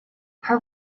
her